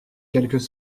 quelques